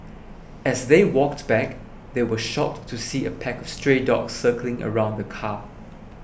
as they walked back they were shocked to see a pack of stray dogs circling around the car